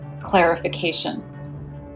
clarification